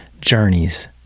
journeys